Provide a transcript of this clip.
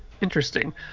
Interesting